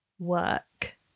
work